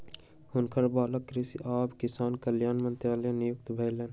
हुनकर बालक कृषि आ किसान कल्याण मंत्रालय मे नियुक्त भेला